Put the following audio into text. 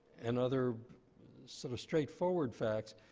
and other sort of straightforward facts,